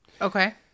okay